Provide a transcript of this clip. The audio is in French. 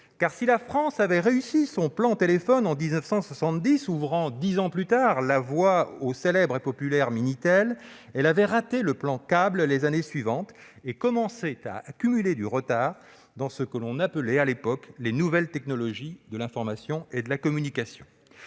car si la France avait réussi son plan téléphone en 1970, ouvrant dix ans plus tard la voie au célèbre et populaire Minitel, elle avait raté le plan câble les années suivantes et commençait à accumuler du retard dans ce que l'on appelait à l'époque les nouvelles technologies de l'information et de la communication.